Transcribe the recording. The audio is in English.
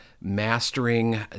mastering